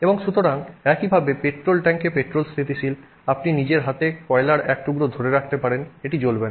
এবং সুতরাং একইভাবে পেট্রোল ট্যাঙ্কে পেট্রোল স্থিতিশীল আপনি নিজের হাতে কয়লার এক টুকরো ধরে রাখতে পারেন এটি জ্বলবে না